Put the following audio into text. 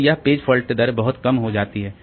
तो यह page fault दर बहुत कम हो जाती है